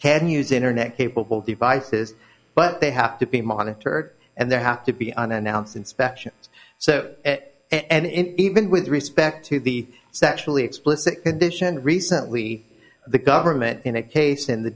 can use internet capable devices but they have to be monitored and there have to be unannounced inspections so and even with respect to the sexually explicit condition recently the government in that case in the